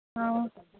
ആ